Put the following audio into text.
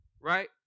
right